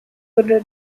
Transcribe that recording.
wurde